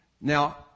Now